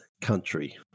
country